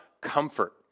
comfort